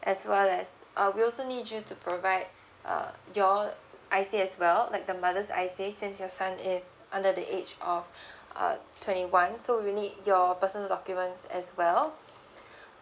as well as uh we also need you to provide uh your I_C as well like the mother's I_C since your son is under the age of uh twenty one so we'll need your personal documents as well